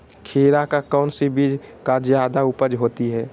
खीरा का कौन सी बीज का जयादा उपज होती है?